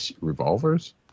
revolvers